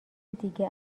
دیگه